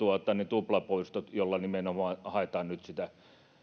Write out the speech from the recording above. tuplapoistot joilla nimenomaan haetaan nyt sitä